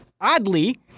oddly